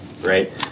right